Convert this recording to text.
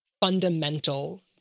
fundamental